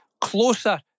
closer